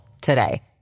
today